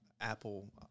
Apple